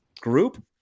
group